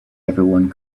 everyone